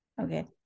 Okay